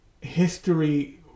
history